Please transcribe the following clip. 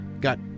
got